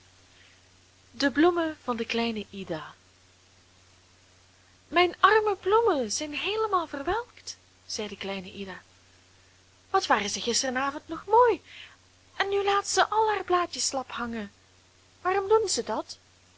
de bloemen van de kleine ida mijn arme bloemen zijn heelemaal verwelkt zei de kleine ida wat waren zij gisteravond nog mooi en nu laten ze al haar blaadjes slap hangen waarom doen zij dat